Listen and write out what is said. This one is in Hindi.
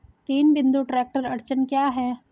तीन बिंदु ट्रैक्टर अड़चन क्या है?